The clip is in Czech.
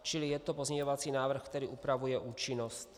Čili je to pozměňovací návrh, který upravuje účinnost.